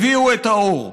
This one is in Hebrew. הביאו את האור.